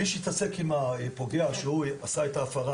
מי שיתעסק עם הפוגע שהוא עשה את ההפרה